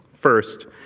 First